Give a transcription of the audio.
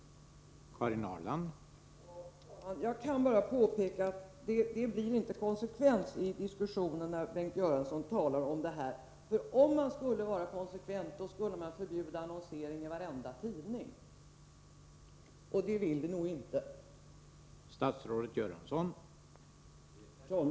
hindra att värdefull konst säljs till utlandet